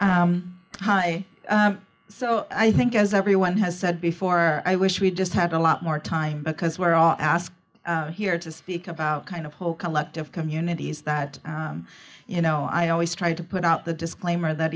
about so i think as everyone has said before i wish we just had a lot more time because we're all asked here to speak about kind of whole collective communities that you know i always try to put out the disclaimer that